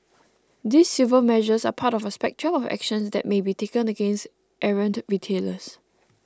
these civil measures are part of a spectrum of actions that may be taken against errant retailers